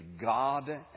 God